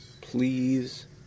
Please